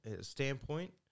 standpoint